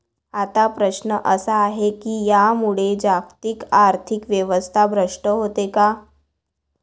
आता प्रश्न असा आहे की यामुळे जागतिक आर्थिक व्यवस्था भ्रष्ट होते का?